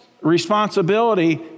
responsibility